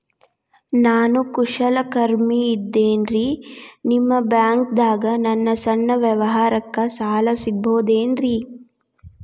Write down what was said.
ನಾ ಕುಶಲಕರ್ಮಿ ಇದ್ದೇನ್ರಿ ನಿಮ್ಮ ಬ್ಯಾಂಕ್ ದಾಗ ನನ್ನ ಸಣ್ಣ ವ್ಯವಹಾರಕ್ಕ ಸಾಲ ಸಿಗಬಹುದೇನ್ರಿ?